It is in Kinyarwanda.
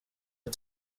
bwa